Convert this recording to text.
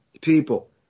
people